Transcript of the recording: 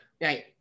Right